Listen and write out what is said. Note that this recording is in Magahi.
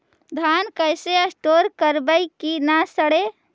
धान कैसे स्टोर करवई कि न सड़ै?